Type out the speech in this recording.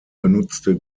genutzte